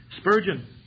spurgeon